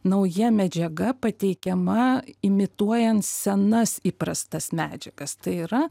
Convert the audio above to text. nauja medžiaga pateikiama imituojant senas įprastas medžiagas tai yra